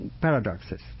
paradoxes